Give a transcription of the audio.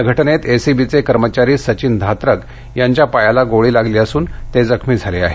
या घटनेत एसीबीचे कर्मचारी सचिन धात्रक यांच्या पायाला गोळी लागली असून ते जखमी झाले आहेत